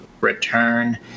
return